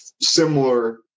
similar